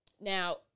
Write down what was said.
Now